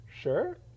Sure